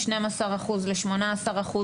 מ-12 אחוז ל-18 אחוז,